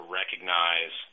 recognize